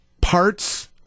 parts